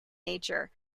nature